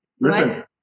Listen